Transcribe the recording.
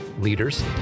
leaders